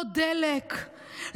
לא דלק,